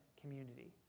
community